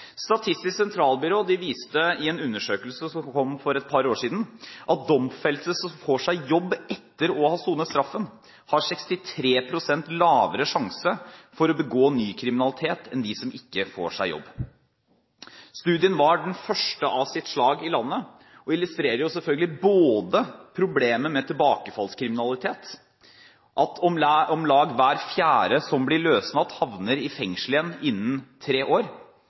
Statistisk sentralbyrå viste i en undersøkelse som kom for et par år siden, at domfelte som får seg jobb etter å ha sonet straffen, har 63 pst. lavere sannsynlighet for å begå ny kriminalitet enn de som ikke får seg jobb. Studien var den første av sitt slag i landet og illustrerer selvfølgelig både problemet med tilbakefallskriminalitet – at om lag hver fjerde som blir løslatt, havner i fengsel igjen innen tre år